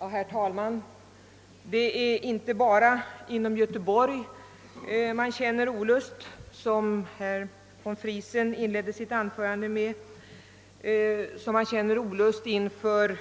Herr talman! Det är inte bara inom Göteborg, som herr von Friesen nämnde i början av sitt anförande, som man känner olust inför